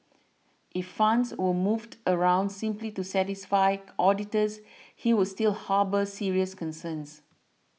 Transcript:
if funds were moved around simply to satisfy auditors he would still harbour serious concerns